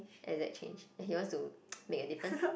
exact change that he wants to make a difference